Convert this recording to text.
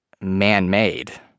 man-made